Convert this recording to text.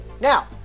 Now